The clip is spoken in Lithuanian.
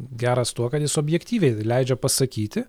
geras tuo kad jis objektyviai leidžia pasakyti